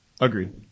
Agreed